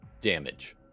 damage